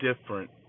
different